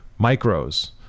micros